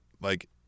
Like-